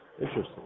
Interesting